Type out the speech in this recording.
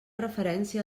referència